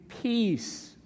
peace